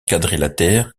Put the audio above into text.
quadrilatère